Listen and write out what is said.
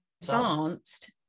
advanced